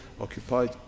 occupied